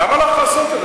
למה לך לעשות את זה?